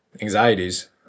anxieties